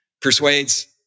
persuades